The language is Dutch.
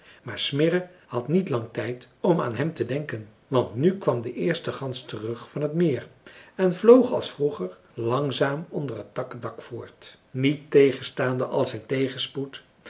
maar smirre had niet lang tijd om aan hem te denken want nu kwam de eerste gans terug van het meer en vloog als vroeger langzaam onder het takkendak voort niettegenstaande al zijn tegenspoed